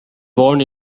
born